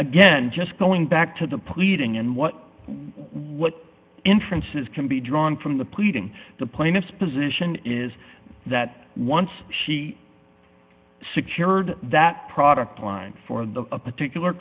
again just going back to the pleading and what what inferences can be drawn from the pleading the plaintiff's position is that once she secured that product line for the particular